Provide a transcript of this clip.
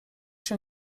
się